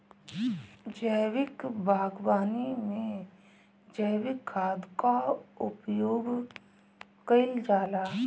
जैविक बागवानी में जैविक खाद कअ उपयोग कइल जाला